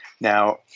Now